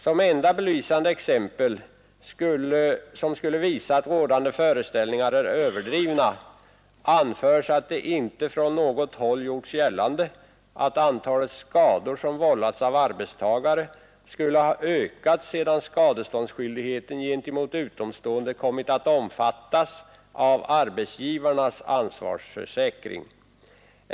Som enda belysande exempel — som skulle visa att rådande föreställningar är överdrivna — anförs att det ”inte från något håll gjorts gällande” att antalet skador som vållats av arbetstagare, skulle ha ökat sedan skadeståndsskyldigheten gentemot utomstående kommit att omfattas av arbetsgivarens ansvarsförsäkring.